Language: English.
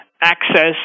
access